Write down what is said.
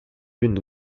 une